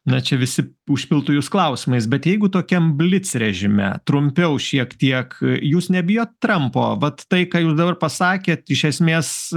na čia visi užpiltų jus klausimais bet jeigu tokiam blic režime trumpiau šiek tiek jūs nebijot trampo vat tai ką jūs dabar pasakėt iš esmės